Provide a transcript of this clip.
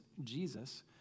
Jesus